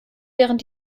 während